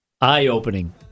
eye-opening